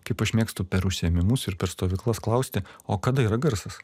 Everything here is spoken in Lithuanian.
kaip aš mėgstu per užsiėmimus ir per stovyklas klausti o kada yra garsas